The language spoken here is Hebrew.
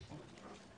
בבקשה.